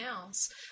else